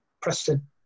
Preston